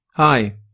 Hi